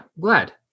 Glad